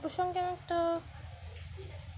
প্রসঙ্গে একটা